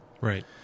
Right